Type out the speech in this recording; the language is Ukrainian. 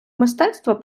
мистецтва